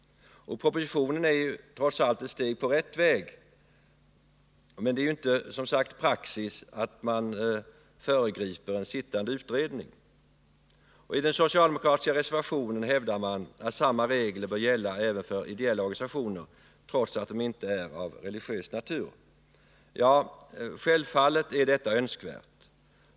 Propositionen är trots allt ett steg på rätt väg. Men det är ju inte praxis att man föregriper en sittande utredning. I den socialdemokratiska reservationen hävdas att samma regler bör gälla även för ideella organisationer trots att de inte är av religiös natur. Ja, självfallet är detta önskvärt.